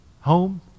home